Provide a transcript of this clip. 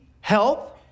health